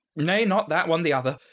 nay not that one, the other.